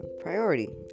priority